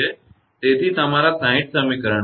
તેથી તમારા 60 સમીકરણમાંથી